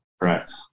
Correct